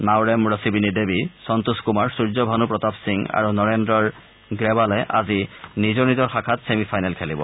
নাওৰেম ৰছিবিনি দেৱী সন্তোষ কুমাৰ সূৰ্যভান্ প্ৰতাপ সিং আৰু নৰেন্দৰ গ্ৰেৱালে আজি নিজৰ নিজৰ শাখাত ছেমি ফাইনেল খেলিব